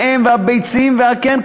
האם והביצים והקן,